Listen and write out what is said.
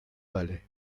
balai